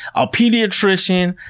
ah pediatrician,